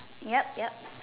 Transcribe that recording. yup yup